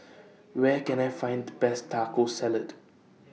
Where Can I Find The Best Taco Salad